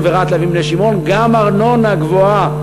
ורהט להבים בני-שמעון אלא גם ארנונה גבוהה,